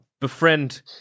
befriend